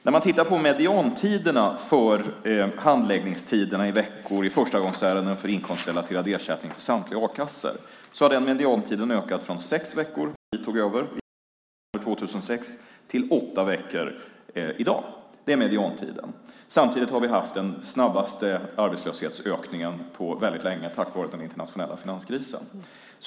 När man tittar på medianhandläggningstiderna i veckor i förstagångsärenden för inkomstrelaterad ersättning för samtliga a-kassor har den mediantiden ökat från sex veckor när vi tog över i september 2006 till åtta veckor i dag. Samtidigt har vi haft den snabbaste arbetslöshetsökningen på väldigt länge på grund av den internationella finanskrisen.